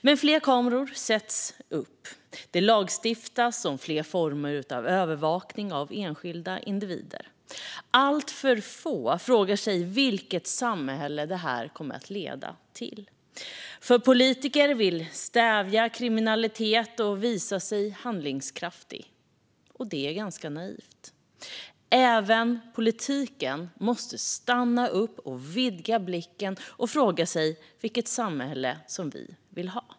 Men fler kameror sätts upp. Det lagstiftas om fler former av övervakning av enskilda individer. Alltför få frågar sig vilket samhälle det här kommer att leda till. Politiker vill stävja kriminalitet och visa sig handlingskraftiga. Det är ganska naivt. Även politiken måste stanna upp, vidga blicken och fråga sig vilket samhälle vi vill ha.